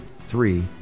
three